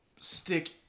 stick